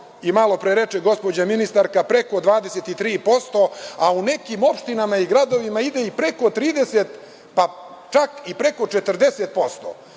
i malopre reče gospođa ministarka, preko 23%, a u nekim opštinama i gradovima ide i preko 30%, pa čak i preko 40%.